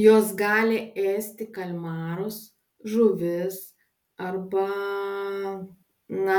jos gali ėsti kalmarus žuvis arba na